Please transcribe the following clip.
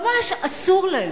ממש אסור להם,